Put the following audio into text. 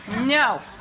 No